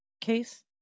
case